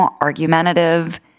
argumentative